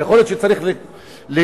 יכול להיות שצריך להוסיף